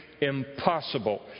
impossible